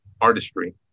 artistry